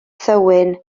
thywyn